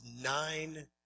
nine